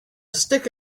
stick